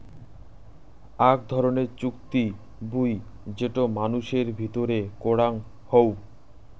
আক ধরণের চুক্তি বুই যেটো মানুষের ভিতরে করাং হউ